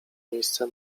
miejsce